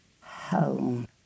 home